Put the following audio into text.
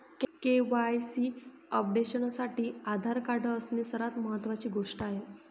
KYC अपडेशनसाठी Aadhaar card असणे सर्वात महत्वाची गोष्ट आहे